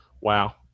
Wow